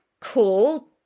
cool